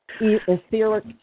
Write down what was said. etheric